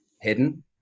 hidden